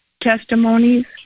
testimonies